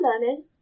learning